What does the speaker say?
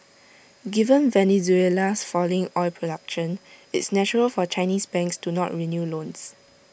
given Venezuela's falling oil production it's natural for Chinese banks to not renew loans